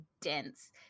dense